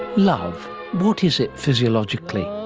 love what is it physiologically?